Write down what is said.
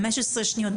15 שניות,